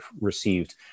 received